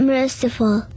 Merciful